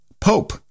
Pope